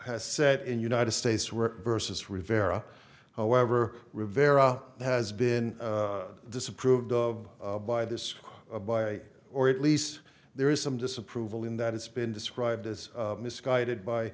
has set in united states were versus rivera however rivera has been disapproved of by this by or at least there is some disapproval in that it's been described as misguided by